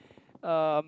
um